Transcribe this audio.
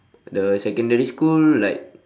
the secondary school like